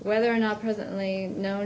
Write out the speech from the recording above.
whether or not presently kno